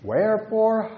Wherefore